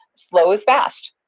slow is fast.